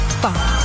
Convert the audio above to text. five